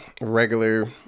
regular